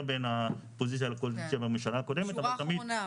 בין האופוזיציה לקואליציה בממשלה הקודמת,